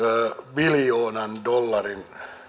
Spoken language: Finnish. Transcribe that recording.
biljoonan dollarin